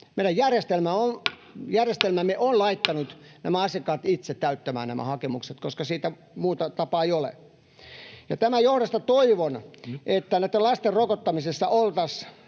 Meidän järjestelmämme on laittanut nämä asiakkaat itse täyttämään nämä hakemukset, koska muuta tapaa ei ole. Tämän johdosta toivon, että lasten rokottamisessa oltaisiin